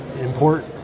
import